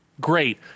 Great